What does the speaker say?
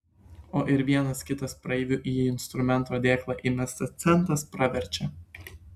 o ir vienas kitas praeivių į instrumento dėklą įmestas centas praverčia